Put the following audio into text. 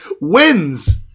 wins